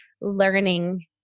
learning